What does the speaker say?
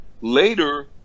later